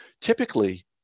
Typically